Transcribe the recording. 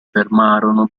fermarono